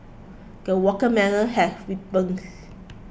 the watermelon has ripens